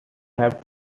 have